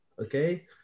Okay